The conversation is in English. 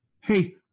Hey